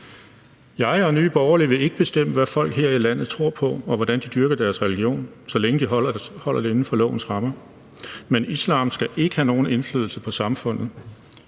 Jeg og Nye Borgerlige vil ikke bestemme, hvad folk her i landet tror på, og hvordan de dyrker deres religion, så længe de holder det inden for lovens rammer, men islam skal ikke have nogen indflydelse på samfundet.